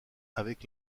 avec